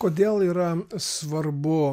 kodėl yra svarbu